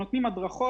אנחנו נותנים הדרכות.